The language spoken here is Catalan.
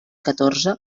catorze